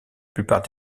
plupart